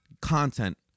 content